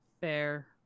Fair